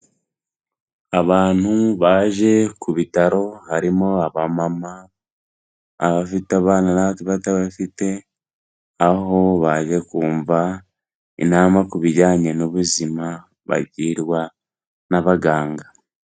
Abantu baje ku bitaro harimo abamama, abafite abana n'abatabafite aho baje kumva inama ku bijyanye n'ubuzima bagirwa n'abaganga.